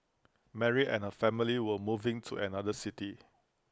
Mary and her family were moving to another city